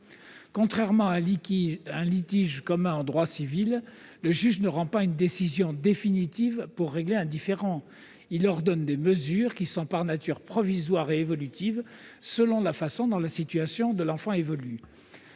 Contrairement à un litige commun en droit civil, le juge ne rend pas une décision définitive pour régler un différend ; il ordonne des mesures, qui sont, par nature, provisoires et évolutives selon la situation de l'enfant.